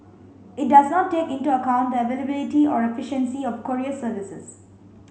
it does not take into account the availability or efficiency of courier services